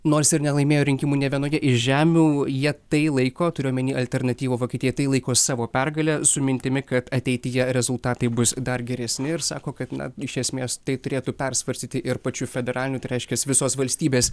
nors ir nelaimėjo rinkimų nė vienoje iš žemių jie tai laiko turiu omeny alternatyva vokietijai tai laiko savo pergale su mintimi kad ateityje rezultatai bus dar geresni ir sako kad na iš esmės tai turėtų persvarstyti ir pačių federalinių tai reiškias visos valstybės